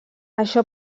això